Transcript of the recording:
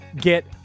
get